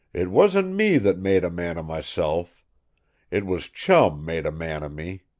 it wasn't me that made a man of myself it was chum made a man of me.